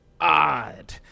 odd